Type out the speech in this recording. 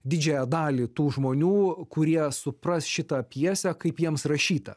didžiąją dalį tų žmonių kurie supras šitą pjesę kaip jiems rašytą